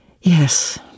Yes